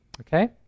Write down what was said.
Okay